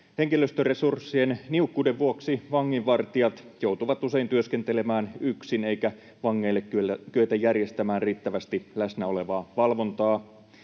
Henkilöstöresurssien niukkuuden vuoksi vanginvartijat joutuvat usein työskentelemään yksin eikä vangeille kyetä järjestämään riittävästi läsnäolevaa valvontaa.